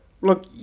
look